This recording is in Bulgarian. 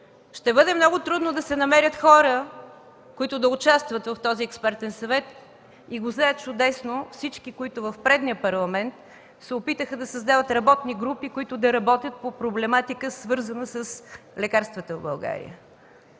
Ще бъде много трудно да се намерят хора, които да участват в този експертен съвет и го знаят чудесно всички, които в предния Парламент се опитаха да създават работни групи по проблематика, свързана с лекарствата в България.